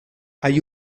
hay